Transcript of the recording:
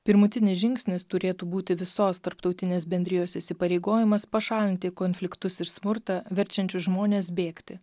pirmutinis žingsnis turėtų būti visos tarptautinės bendrijos įsipareigojimas pašalinti konfliktus ir smurtą verčiančius žmones bėgti